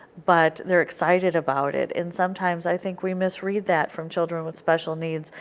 but they are excited about it. and sometimes i think we misread that from children with special needs,